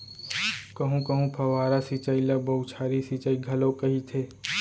कहूँ कहूँ फव्वारा सिंचई ल बउछारी सिंचई घलोक कहिथे